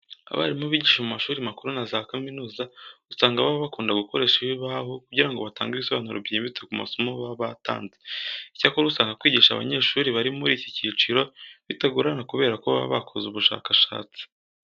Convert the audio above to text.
Abarimu bigisha mu mashuri makuru na za kaminuza usanga baba bakunda gukoresha ibibaho kugira ngo batange ibisobanuro byimbitse ku masomo baba batanze. Icyakora usanga kwigisha abanyeshuri bari muri iki cyiciro bitagorana kubera ko baba bakoze ubushakashatsi.